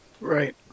Right